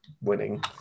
winning